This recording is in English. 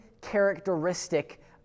characteristic